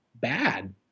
bad